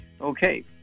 Okay